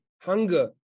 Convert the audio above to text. hunger